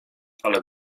ale